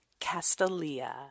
Castalia